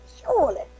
Surely